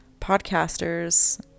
podcasters